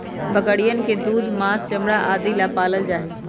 बकरियन के दूध, माँस, चमड़ा आदि ला पाल्ल जाहई